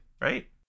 right